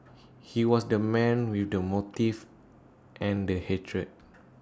he was the man with the motive and the hatred